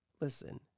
Listen